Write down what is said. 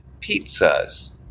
pizzas